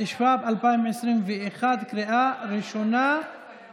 התשפ"ב 2021, בקריאה ראשונה.